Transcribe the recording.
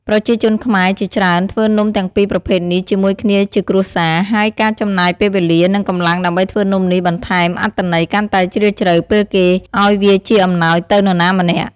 ប្រជាជនខ្មែរជាច្រើន ធ្វើនំទាំងពីរប្រភេទនេះជាមួយគ្នាជាគ្រួសារ ហើយការចំណាយពេលវេលា និងកម្លាំងដើម្បីធ្វើនំនេះបន្ថែមអត្ថន័យកាន់តែជ្រាលជ្រៅពេលគេឱ្យវាជាអំណោយទៅនរណាម្នាក់។